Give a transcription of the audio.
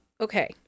okay